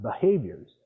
behaviors